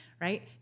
right